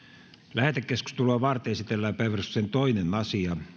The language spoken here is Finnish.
lähetekeskustelua varten esitellään päiväjärjestyksen toinen asia